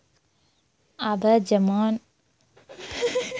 आबे जमा प्रमाणपत्र डाउनलोड करै लेली अपनो बैंक जाय के जरुरत नाय छै